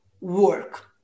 work